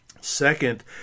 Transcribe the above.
Second